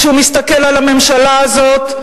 כשהוא מסתכל על הממשלה הזאת,